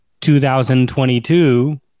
2022